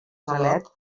xalet